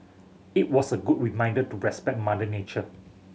it was a good reminder to respect mother nature